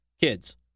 kids